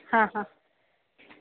हां हां